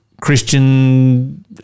Christian